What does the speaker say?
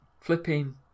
flipping